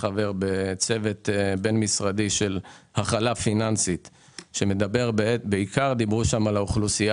בצוות בין משרדי דיברו בעיקר על האוכלוסייה